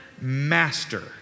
master